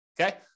Okay